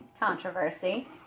Controversy